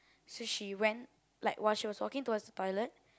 so she went like while she was walking towards the toilet